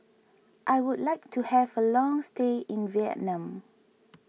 I would like to have a long stay in Vietnam